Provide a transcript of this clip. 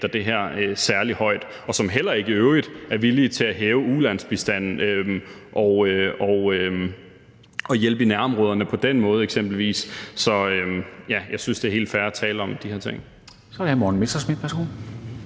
vægter det her særlig højt, og som i øvrigt heller ikke er villige til at hæve ulandsbistanden og hjælpe i nærområderne på den måde eksempelvis. Så ja, jeg synes, det er helt fair at tale om de her ting. Kl. 17:13 Formanden (Henrik Dam